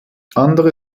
andere